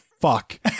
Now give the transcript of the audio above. fuck